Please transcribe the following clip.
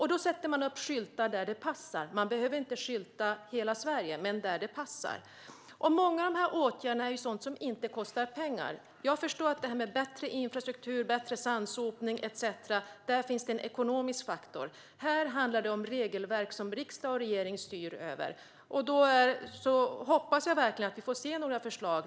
Man sätter då upp skyltar där det passar. Hela Sverige behöver inte skyltas, men man ska göra det där det passar. Många av dessa åtgärder är sådant som inte kostar pengar. Jag förstår att det finns en ekonomisk faktor i detta med bättre infrastruktur, bättre sandsopning etcetera. Här handlar det om regelverk som riksdag och regering styr över. Jag hoppas verkligen att vi får se några förslag.